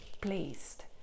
placed